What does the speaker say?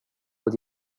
were